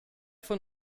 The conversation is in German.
von